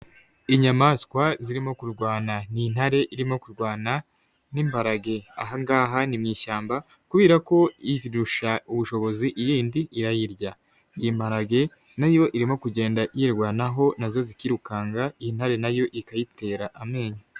Inyamaswa zirimo kurwana, ni intare irimo kurwana n'imbarage. Ahangaha ni mu ishyamba, kubera ko irusha ubushobozi iyindi irayirya. Iyi mparage nayo irimo kugenda yirwanaho nazo zikirukanka intare nayo ikayitera amenyo.